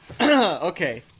okay